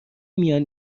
میان